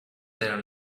there